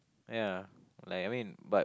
ya like I mean but